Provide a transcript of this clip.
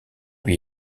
lui